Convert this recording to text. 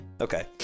okay